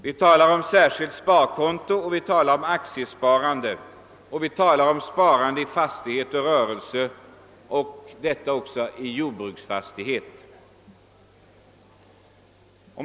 Vi talar om särskilt sparkonto, och vi talar om aktiesparande och om sparande i fastighet och rörelse, även i jordbruksfastighet.